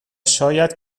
شاید